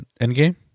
Endgame